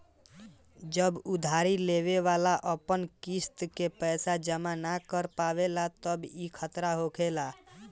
जब उधारी लेवे वाला अपन किस्त के पैसा जमा न कर पावेला तब ई खतरा होखेला